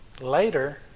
later